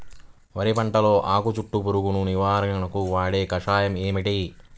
వరి పంటలో ఆకు చుట్టూ పురుగును నివారణకు వాడే కషాయం ఏమిటి?